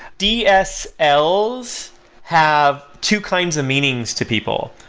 dsls have two kinds of meanings to people.